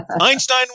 Einstein